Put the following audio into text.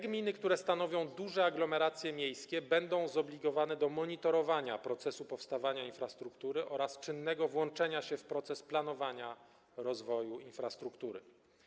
Gminy, które stanowią duże aglomeracje miejskie, będą zobligowane do monitorowania procesu powstawania infrastruktury oraz czynnego włączenia się w proces planowania rozwoju infrastruktury.